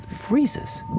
freezes